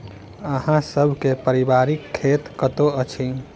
अहाँ सब के पारिवारिक खेत कतौ अछि?